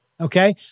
Okay